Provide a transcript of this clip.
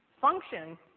function